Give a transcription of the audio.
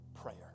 prayer